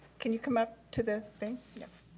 can you come up to the thing, yes?